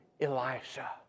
Elisha